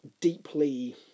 deeply